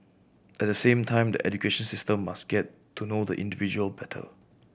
at the same time the education system must get to know the individual better